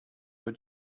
were